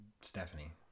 Stephanie